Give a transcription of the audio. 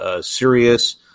serious